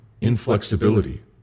inflexibility